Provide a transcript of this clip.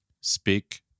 speak